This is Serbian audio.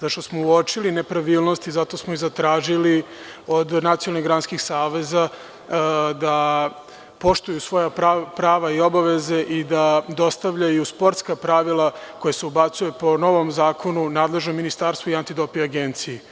Zato što smo uočili nepravilnosti, zato smo i zatražili od Nacionalnih granskih saveza da poštuju svoja prava i obaveze i da dostavljaju sportska pravila koja se ubacuju po novom zakonu nadležnom ministarstvu i Antidoping agenciji.